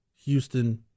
Houston